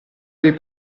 dei